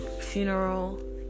funeral